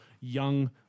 young